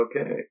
Okay